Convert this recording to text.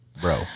Bro